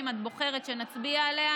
אם את בוחרת שנצביע עליה,